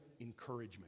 encouragement